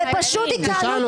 נפל.